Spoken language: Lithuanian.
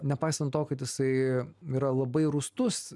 nepaisant to kad jisai yra labai rūstus